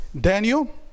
Daniel